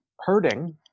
hurting